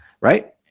right